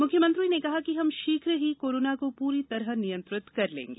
मंख्यमंत्री ने कहा कि हम शीघ्र ही कोरोना को पूरी तरह नियंत्रित कर लेंगे